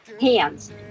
hands